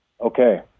Okay